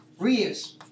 reuse